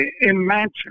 imagine